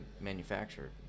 manufactured